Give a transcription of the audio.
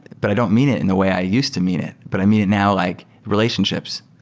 but i don't mean it in the way i used to mean it. but i mean it now like relationships.